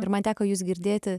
ir man teko jus girdėti